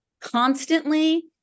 constantly